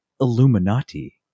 Illuminati